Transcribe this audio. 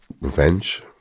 Revenge